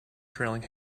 trailing